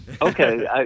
Okay